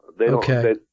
Okay